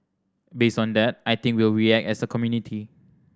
based on that I think we will react as a community